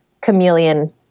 chameleon